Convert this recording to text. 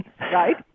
right